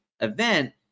event